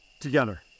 together